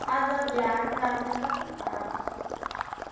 आज बिहान ट्राफिक कति खराब छ